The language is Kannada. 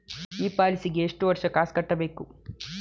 ಈ ಪಾಲಿಸಿಗೆ ಎಷ್ಟು ವರ್ಷ ಕಾಸ್ ಕಟ್ಟಬೇಕು?